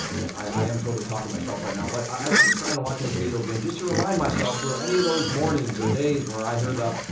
and i am totally talking to myself right now, but i do plan on watching this video again, just to remind myself for any of those mornings, or days where i hear the,